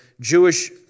Jewish